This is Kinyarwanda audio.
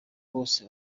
bose